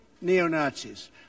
neo-Nazis